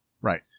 Right